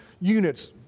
units